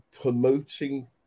promoting